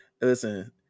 Listen